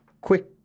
quick